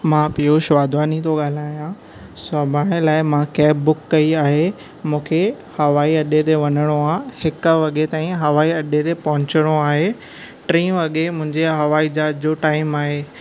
मां पीयुष वाधवानी तो ॻाल्हायां सुभाणे लाइ मां कैब बुक कई आहे मूंखे हवाई अॾे ते वञिणो आहे हिक वॻे ताईं हवाई अॾे ते पहुचणो आहे टी वॻे मुंहिंजे हवाई जहाज़ जो टाइम आहे